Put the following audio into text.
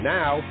now